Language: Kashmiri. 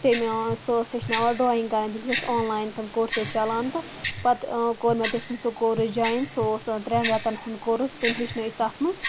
تٔمۍ اوس سُہ ٲس ہیٚچھناوان ڈرٛایِنٛگ کَرٕنۍ تٔمِس ٲسۍ آنلاین تِم کورسٕز چَلان تہٕ پَتہٕ کوٚر مےٚ تٔمۍ سُںٛد سُہ کورٕس جاین سُہ اوس ترٛٮ۪ن رٮ۪تَن ہُنٛد کورٕس تٔمۍ ہیٚچھنٲوۍ أسۍ تَتھ منٛز